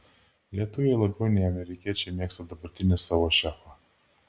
lietuviai labiau nei amerikiečiai mėgsta dabartinį savo šefą